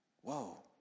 whoa